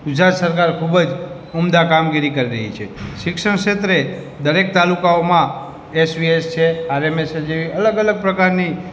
ગુજરાત સરકાર ખૂબ જ ઉમદા કામગીરી કરી રહી છે શિક્ષણ ક્ષેત્રે દરેક તાલુકાઓમાં એસ વી એસ છે આર એમ એસ એ છે અલગ અલગ પ્રકારની